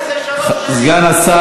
ישראל, חברי הכנסת, אנחנו מצביעים, סגן השר.